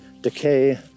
decay